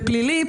בפלילי,